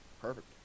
Perfect